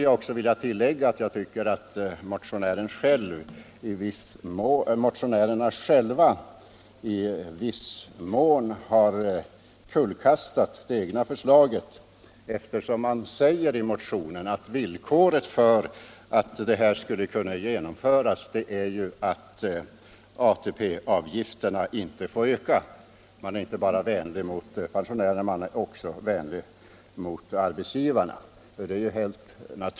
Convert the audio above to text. Jag vill tillägga att jag tycker att motionärerna själva i viss mån har kullkastat det egna förslaget, eftersom de i motionen uttalar att villkoret för att detta skulle kunna genomföras är att ATP-avgifterna inte får öka. Man är vänlig inte bara mot pensionärerna utan också mot arbetsgivarna.